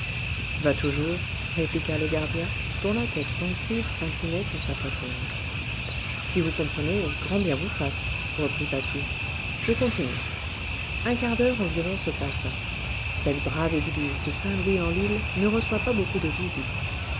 va toujours répliqua le gardien dont la tête pensive s'inclinait sur sa poitrine si vous comprenez grand bien vous fasse reprit patou je continue un quart d'heure environ se passa cette brave église de saint louis en lile ne reçoit pas beaucoup de visites